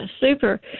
super